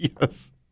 Yes